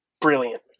brilliant